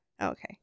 Okay